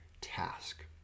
task